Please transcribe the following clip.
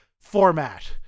format